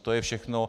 To je všechno.